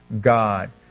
God